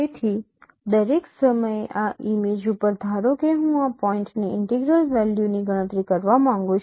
તેથી દરેક સમયે આ ઇમેજ ઉપર ધારો કે હું આ પોઈન્ટએ ઇન્ટેગ્રલ વેલ્યૂની ગણતરી કરવા માંગું છું